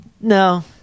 No